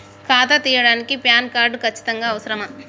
ఖాతా తీయడానికి PAN card ఖచ్చితంగా అవసరమా?